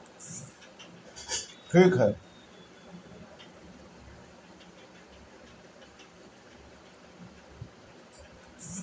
खाद खेती ला जरूरी बा, लेकिन ए घरी ओमे ढेर मिलावट होखेला, जेकरा से माटी खराब होता